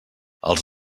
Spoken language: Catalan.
als